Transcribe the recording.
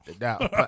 No